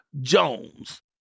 Jones